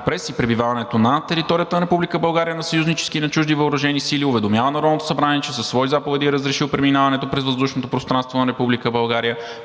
през и пребиваването на територията на Република България на съюзнически и на чужди въоръжени сили уведомява Народното събрание, че със свои заповеди е разрешил преминаването през въздушното пространство на